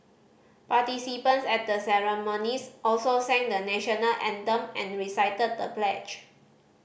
participants at the ceremonies also sang the National Anthem and recited the pledge